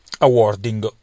awarding